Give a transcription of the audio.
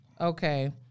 Okay